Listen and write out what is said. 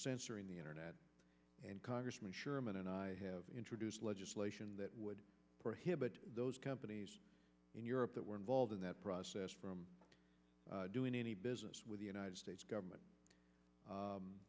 and the internet and congressman sherman and i have introduced legislation that would prohibit those companies in europe that were involved in that process doing any business with the united states government